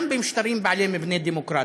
גם במשטרים בעלי מבנה דמוקרטי,